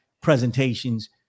presentations